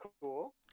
cool